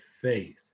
faith